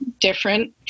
different